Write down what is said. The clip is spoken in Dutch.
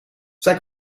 zij